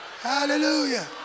hallelujah